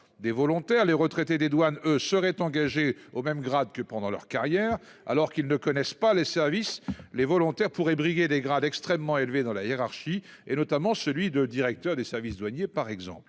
des volontaires les retraités des douanes seraient engagées au même grade que pendant leur carrière alors qu'ils ne connaissent pas les services les volontaires pourrait briguer dégradent extrêmement élevé dans la hiérarchie et notamment celui de directeur des services douaniers par exemple.